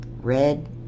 Red